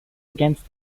against